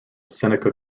seneca